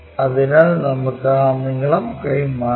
അതിനാൽ നമുക്ക് ആ നീളം കൈമാറാം